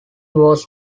was